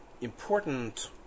important